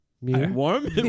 Warm